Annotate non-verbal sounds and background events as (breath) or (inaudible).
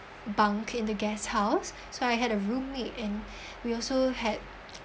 bunk in the guesthouse so I had a roommate and (breath) we also had (noise)